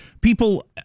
People